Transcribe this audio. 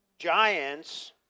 giants